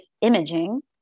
imaging